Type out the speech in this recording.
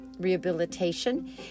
rehabilitation